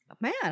Man